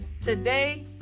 Today